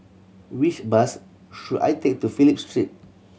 which bus should I take to Phillip Street